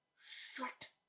Shut